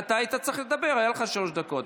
אתה היית צריך לדבר, היו לך שלוש דקות.